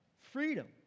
freedom